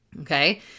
Okay